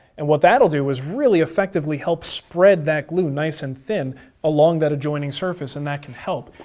and what that will do is really effectively help spread that glue nice and thin along that adjoining surface and that can help,